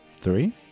Three